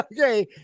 Okay